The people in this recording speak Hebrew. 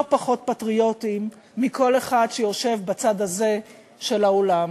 לא פחות פטריוטים מכל אחד שיושב בצד הזה של האולם,